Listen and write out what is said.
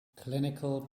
clinical